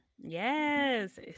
Yes